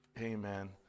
Amen